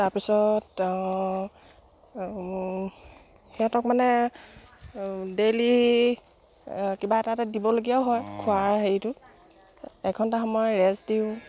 তাৰপিছত সিহঁতক মানে ডেইলি কিবা এটা এটা দিবলগীয়াও হয় খোৱাৰ হেৰিটোত এঘণ্টা সময় ৰেষ্ট দিওঁ